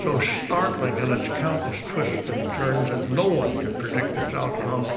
so startling in its countless twists and turns, that no one can predict its outcome